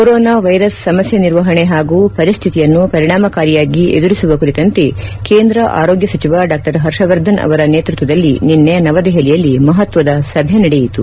corona virus ಸಮಸ್ಯೆ ನಿರ್ವಹಣೆ ಹಾಗೂ ಪರಿಸ್ಥಿತಿಯನ್ನು ಪರಿಣಾಮಕಾರಿಯಾಗಿ ಎದುರಿಸುವ ಕುರಿತಂತೆ ಕೇಂದ ಆರೋಗ್ಯ ಸಚಿವ ಡಾ ಹರ್ಷವರ್ಧನ್ ಅವರ ನೇತ್ಪತ್ಯದಲ್ಲಿ ನಿನ್ನೆ ನವದೆಹಲಿಯಲ್ಲಿ ಮಹತ್ವದ ಸಭೆ ನಡೆಯಿತು